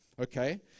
Okay